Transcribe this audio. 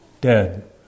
dead